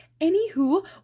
anywho